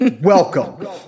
welcome